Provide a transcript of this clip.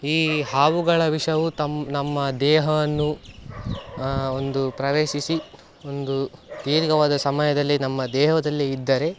ಈ ಹಾವುಗಳ ವಿಷವು ತಮ್ಮ ನಮ್ಮ ದೇಹವನ್ನು ಒಂದು ಪ್ರವೇಶಿಸಿ ಒಂದು ದೀರ್ಘವಾದ ಸಮಯದಲ್ಲಿ ನಮ್ಮ ದೇಹದಲ್ಲಿ ಇದ್ದರೆ